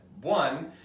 one